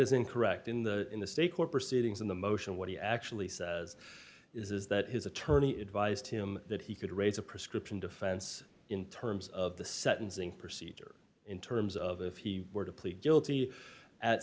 is incorrect in the in the state court proceedings in the motion what he actually says is that his attorney advised him that he could raise a prescription defense in terms of the sentencing procedure in terms of if he were to plead guilty at